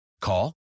Call